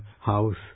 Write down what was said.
house